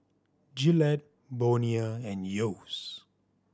Gillette Bonia and Yeo's